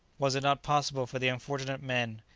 was it not possible for the unfortunate men,